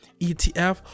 ETF